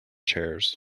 chairs